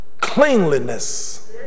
cleanliness